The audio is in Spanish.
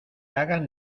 hagan